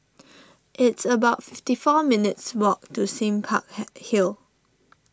it's about fifty four minutes' walk to Sime Park had Hill